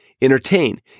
Entertain